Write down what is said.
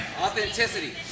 Authenticity